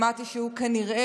שמעתי שהוא כנראה,